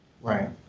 right